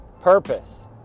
Purpose